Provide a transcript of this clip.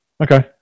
Okay